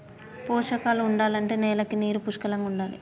పోషకాలు ఉండాలంటే నేలకి నీరు పుష్కలంగా ఉండాలి